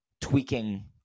tweaking